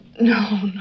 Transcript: no